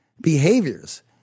behaviors